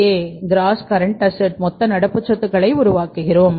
ஏ மொத்த நடப்பு சொத்துக்களை உருவாக்குகிறோம்